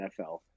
nfl